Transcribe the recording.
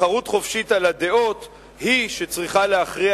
תחרות חופשית על הדעות היא שצריכה להכריע